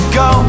go